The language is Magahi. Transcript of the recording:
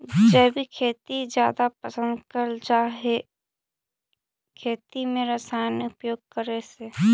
जैविक खेती जादा पसंद करल जा हे खेती में रसायन उपयोग करे से